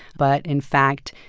but, in fact,